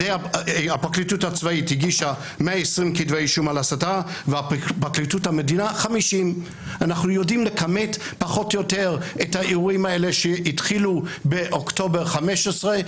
הפרקליטות הצבאית הגישה 120 כתבי אישום על הסתה ופרקליטות המדינה 50. אנחנו יודעים לכמת פחות או יותר את האירועים האלה שהתחילו באוקטובר 2015,